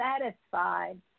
satisfied